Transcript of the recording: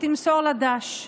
תמסור לה ד"ש,